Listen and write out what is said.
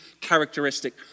characteristic